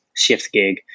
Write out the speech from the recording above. ShiftGig